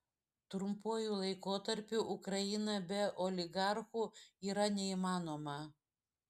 trumpuoju laikotarpiu ukraina be oligarchų yra neįmanoma